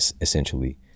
essentially